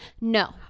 No